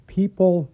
people